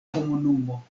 komunumo